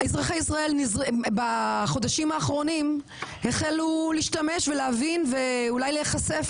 אזרחי ישראל בחודשים האחרונים החלו להשתמש ולהבין ואולי להיחשף